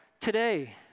today